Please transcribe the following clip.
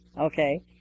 okay